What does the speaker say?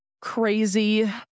crazy